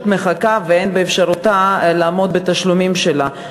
מחכה ואין באפשרותה לעמוד בתשלומים שלה.